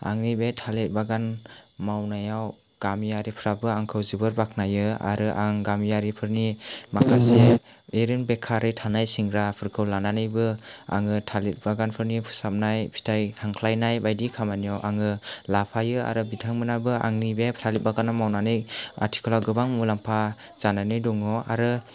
आंनि बे थालिर बागान मावनायाव गामियारिफ्राबो आंखौ जोबोर बाखनायो आरो आं गामियारिफोरनि माखासे ओरैनो बेखारै थानाय सेंग्राफोरखौ लानानैबो आङो थालिर बागानफोरनि फोसाबनाय फिथाइ हांख्लायनाय बायदि खामानियाव आङो लाफायो आरो बिथांमोनाबो आंनि बे थालिर बागावान मावनानै आथिखालाव गोबां मुलाम्फा जानानै दङ आरो